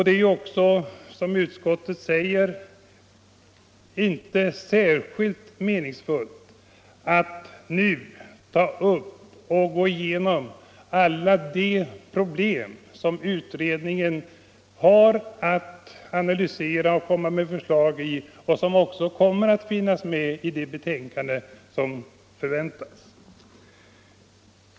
Det är, som utskottet också säger, inte särskilt meningsfullt att nu ta upp och gå igenom alla de problem som utredningen har att analysera och lägga fram förslag om och som kommer att finnas med i det betänkande som förväntas.